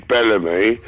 Bellamy